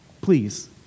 please